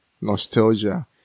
nostalgia